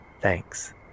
Thanks